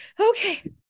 Okay